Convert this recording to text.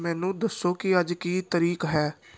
ਮੈਨੂੰ ਦੱਸੋ ਕਿ ਅੱਜ ਕੀ ਤਰੀਕ ਹੈ